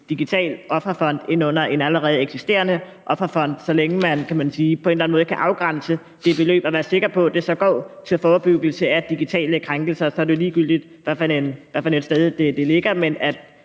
digital offerfond ind under en allerede eksisterende offerfond, så længe man, kan man sige, på en eller anden måde kan afgrænse det beløb og være sikker på, at det så går til forebyggelse af digitale krænkelser. Så er det jo ligegyldigt, hvilket sted det ligger.